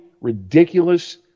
ridiculous